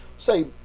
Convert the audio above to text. Say